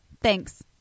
Thanks